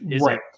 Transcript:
Right